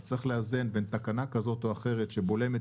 אז צריך לאזן בין תקנה כזאת או אחרת שבולמת